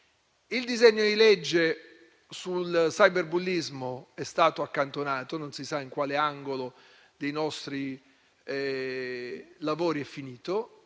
Il disegno di legge sul cyberbullismo è stato accantonato, e non si sa in quale angolo dei nostri lavori sia finito.